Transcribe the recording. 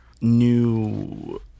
new